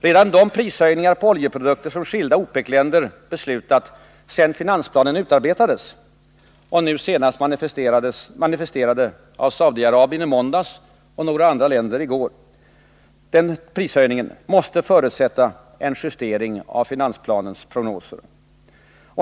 Redan de prishöjningar på oljeprodukter som skilda OPEC-länder beslutat sedan finansplanen utarbetades — nu senast manifesterade av Saudiarabien i måndags och några andra länder i går — måste förutsätta en justering av finansplanens prognoser.